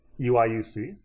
UIUC